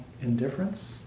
indifference